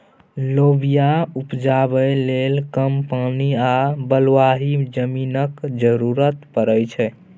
लोबिया उपजाबै लेल कम पानि आ बलुआही जमीनक जरुरत परै छै